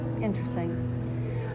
Interesting